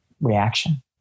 reaction